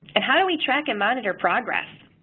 and, how do we track and monitor progress?